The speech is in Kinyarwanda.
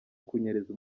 kunyereza